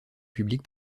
public